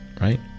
right